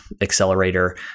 accelerator